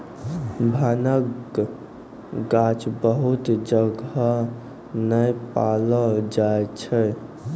भांगक गाछ बहुत जगह नै पैलो जाय छै